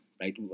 right